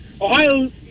Ohio